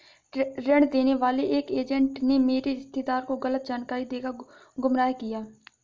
ऋण देने वाले एक एजेंट ने मेरे रिश्तेदार को गलत जानकारी देकर गुमराह किया